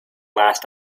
last